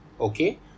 Okay